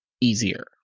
easier